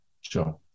sure